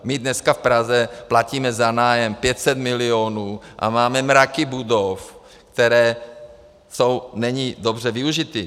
My dneska v Praze platíme za nájem 500 milionů a máme mraky budov, které jsou nyní dobře využity.